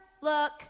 look